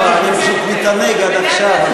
לא, אני פשוט מתענג עד עכשיו,